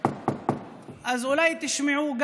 אז אולי תשמעו,